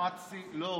היושב-ראש אמר